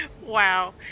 Wow